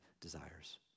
desires